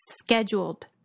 Scheduled